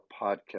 podcast